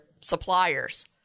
suppliers